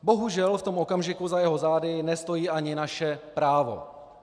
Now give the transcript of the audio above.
Bohužel v tom okamžiku za jeho zády nestojí ani naše právo.